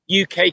UK